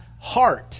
heart